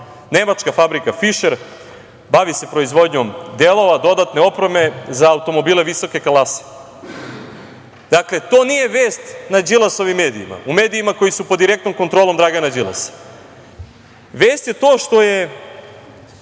Nemačka fabrika „Fišer“ bavi se proizvodnjom delova, dodatne opreme za automobile visoke klase. To nije vest na Đilasovim medijima, u medijima koji su pod direktnom kontrolom Dragana Đilasa. Vest je to što je